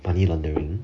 money laundering